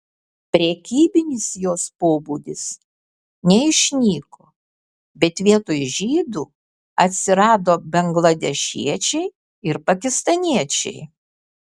prekybinis jos pobūdis neišnyko bet vietoj žydų atsirado bangladešiečiai ir pakistaniečiai